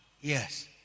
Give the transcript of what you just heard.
yes